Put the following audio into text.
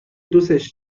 دوستش